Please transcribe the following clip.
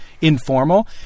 informal